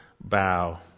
bow